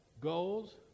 goals